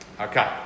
Okay